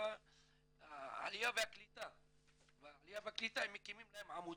שהעלייה והקליטה מקימים להם עמותות,